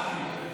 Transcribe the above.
נתקבלה.